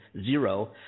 zero